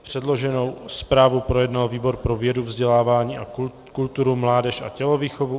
Předloženou zprávu projednal výbor pro vědu, vzdělávání, kulturu, mládež a tělovýchovu.